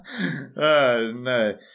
no